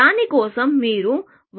దాని కోసం మీరు వాదించగలరా